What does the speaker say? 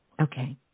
Okay